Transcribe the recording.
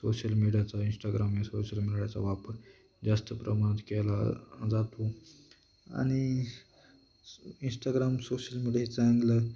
social मीडियाचा Instagram हे social मीडियाचा वापर जास्त प्रमाणात केला जातो आणि इंस्टाग्राम सोशल मीडियाच चांगलं